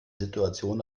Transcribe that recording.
situation